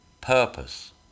purpose